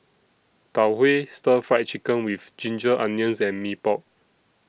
Tau Huay Stir Fry Chicken with Ginger Onions and Mee Pok